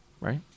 Right